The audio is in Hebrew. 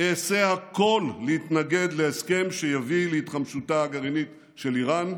אעשה הכול להתנגד להסכם שיביא להתחמשותה הגרעינית של איראן,